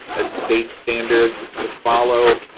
a date standard to follow,